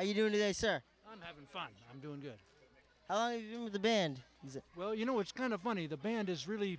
how you doing i said i'm fine i'm doing good and i have been well you know it's kind of funny the band is really